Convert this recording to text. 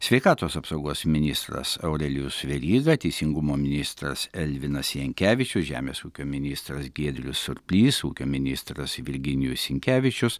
sveikatos apsaugos ministras aurelijus veryga teisingumo ministras elvinas jankevičius žemės ūkio ministras giedrius surplys ūkio ministras virginijus sinkevičius